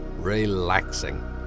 relaxing